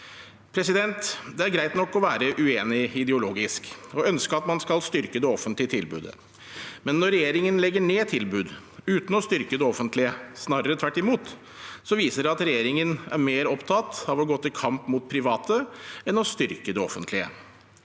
Stiftelsen. Det er greit nok å være uenig ideologisk og ønske at man skal styrke det offentlige tilbudet, men når regjeringen legger ned tilbud uten å styrke det offentlige – snarere tvert imot – viser det at regjeringen er mer opptatt av å gå til kamp mot private enn å styrke det offentlige.